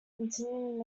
continued